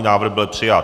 Návrh byl přijat.